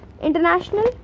International